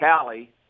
Callie